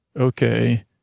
Okay